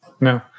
No